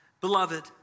Beloved